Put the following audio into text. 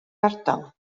ardal